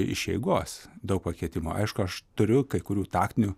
iš eigos daug pakitimų aišku aš turiu kai kurių taktinių